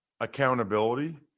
accountability